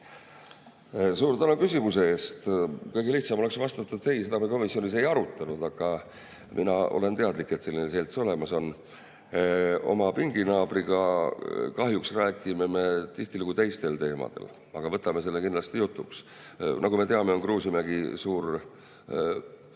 Suur tänu küsimuse eest! Kõige lihtsam oleks vastata, et seda me komisjonis ei arutanud. Aga mina olen teadlik, et selline selts olemas on. Oma pinginaabriga me kahjuks räägime tihtilugu teistel teemadel, aga võtame selle kindlasti jutuks. Nagu me teame, on Kruusimäe suur